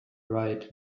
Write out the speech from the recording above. right